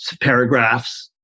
paragraphs